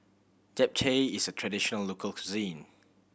Japchae is a traditional local cuisine